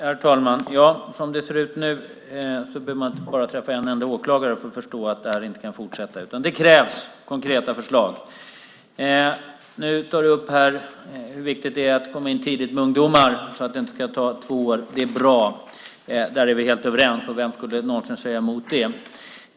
Herr talman! Som det ser ut nu behöver man bara träffa en enda åklagare för att förstå att detta inte kan fortsätta. Det krävs konkreta förslag. Nu tar du upp hur viktigt det är att komma in tidigt när det gäller ungdomar så att det inte ska ta två år. Det är bra. Där är vi helt överens, och vem skulle någonsin säga emot det!